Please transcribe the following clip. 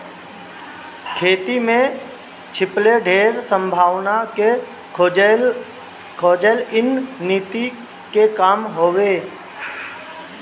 खेती में छिपल ढेर संभावना के खोजल इ नीति के काम हवे